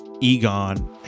Egon